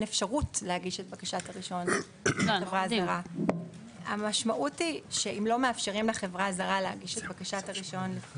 אפשרות לחברה הזרה להגיש את בקשת הרישיון.